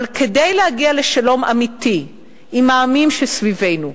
אבל כדי להגיע לשלום אמיתי עם העמים שסביבנו,